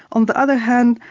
on the other hand,